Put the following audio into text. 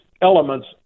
elements